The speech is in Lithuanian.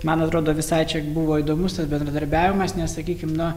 man atrodo visai čia buvo įdomus tas bendradarbiavimas nes sakykim na